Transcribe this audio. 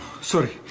sorry